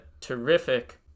terrific